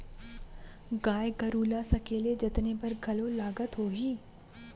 गाय गरू ल सकेले जतने बर घलौ लागत होही?